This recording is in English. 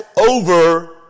over